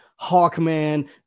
Hawkman